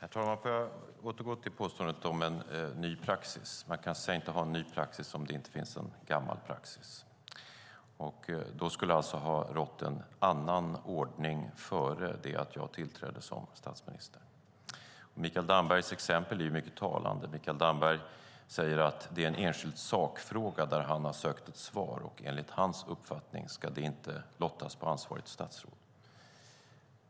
Herr talman! Får jag återgå till påståendet om en ny praxis. Man kan inte sägas ha en ny praxis om det inte finns någon gammal praxis. Då skulle det alltså ha rått en annan ordning innan jag tillträdde som statsminister. Mikael Dambergs exempel är mycket talande. Han säger att det är en enskild sakfråga där han har sökt ett svar, och enligt hans uppfattning ska det inte lottas på ansvarigt statsråd.